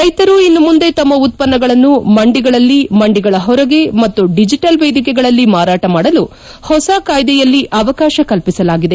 ರೈತರು ಇನ್ನು ಮುಂದೆ ತಮ್ಮ ಉತ್ಪನ್ನಗಳನ್ನು ಮಂಡಿಗಳಲ್ಲಿ ಮಂಡಿಗಳ ಹೊರಗೆ ಮತ್ತು ಡಿಜಿಟಲ್ ವೇದಿಕೆಗಳಲ್ಲಿ ಮಾರಾಟ ಮಾಡಲು ಹೊಸ ಕಾಯ್ದೆಯಲ್ಲಿ ಅವಕಾಶ ಕಲ್ಪಿಸಲಾಗಿದೆ